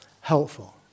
helpful